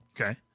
Okay